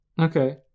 okay